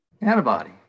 antibody